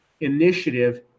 initiative